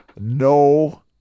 No